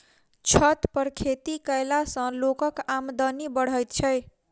छत पर खेती कयला सॅ लोकक आमदनी बढ़ैत छै